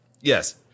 Yes